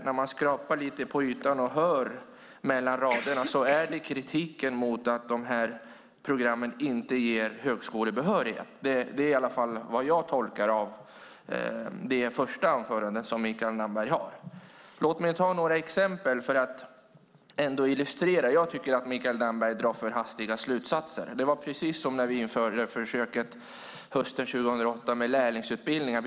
När man skrapar lite på ytan och lyssnar "mellan raderna" kan man notera att kritiken riktas mot att de här programmen inte ger högskolebehörighet. Det är i alla fall så jag tolkar det första anförandet som Mikael Damberg håller. Låt mig ta några exempel för att illustrera. Jag tycker att Mikael Damberg drar för hastiga slutsatser. Det var precis som när vi hösten 2008 införde försöket med lärlingsutbildningar.